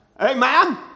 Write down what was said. Amen